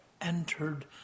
entered